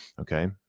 Okay